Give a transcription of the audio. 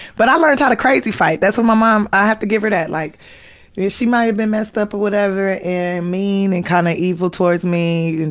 but i learned how to crazy fight. that's what my mom, i have to give her that, like yeah she might have been messed up or whatever, and mean and kinda kind of evil towards me, and